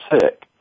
sick